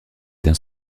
d’un